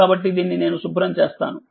కాబట్టిదాన్ని శుభ్రంచేస్తాను